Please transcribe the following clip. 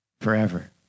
forever